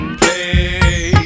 play